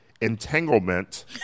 entanglement